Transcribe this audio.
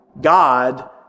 God